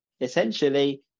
essentially